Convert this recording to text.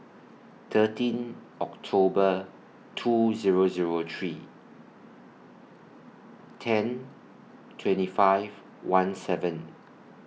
thirteen October two Zero Zero three ten twenty five one seven